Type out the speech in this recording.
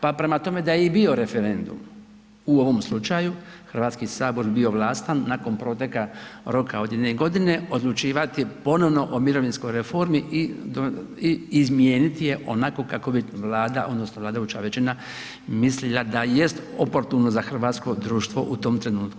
Pa prema tome da je i bio referendum u ovom slučaju Hrvatski sabor bi bio vlastan nakon proteka roka od jedne godine odlučivati ponovno o mirovinskoj reformi i izmijeniti je onako kako bi Vlada odnosno vladajuća većina mislila da jest oportuno za hrvatsko društvo u tom trenutku.